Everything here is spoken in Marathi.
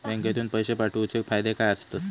बँकेतून पैशे पाठवूचे फायदे काय असतत?